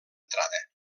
entrada